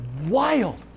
wild